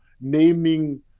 naming